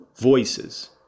voices